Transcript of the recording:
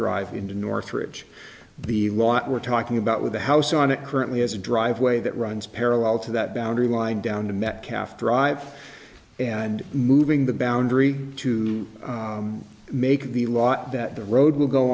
drive into northridge the lot we're talking about with the house on it currently has a driveway that runs parallel to that boundary line down to metcalf drive and moving the boundary to make the lot that the road will go